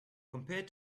compared